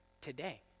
today